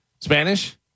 Spanish